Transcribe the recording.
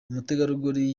umutegarugori